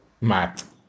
Math